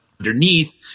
underneath